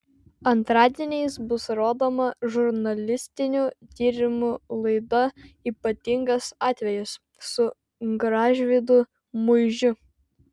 antradieniais bus rodoma žurnalistinių tyrimų laida ypatingas atvejis su gražvydu muižiu